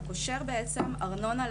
הוא קושר בעצם ארנונה,